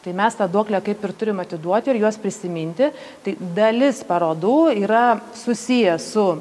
tai mes tą duoklę kaip ir turim atiduoti ir juos prisiminti tai dalis parodų yra susiję su